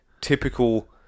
typical